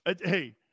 Hey